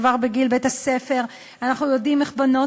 כבר בגיל בית-הספר אנחנו יודעים איך בנות